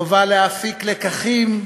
חובה להפיק לקחים,